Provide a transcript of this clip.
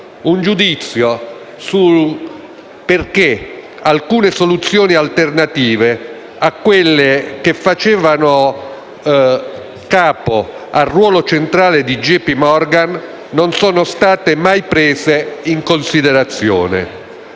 Un giudizio sul perché alcune soluzioni alternative a quelle che facevano capo al ruolo centrale di JP Morgan non sono state mai prese in considerazione.